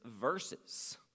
verses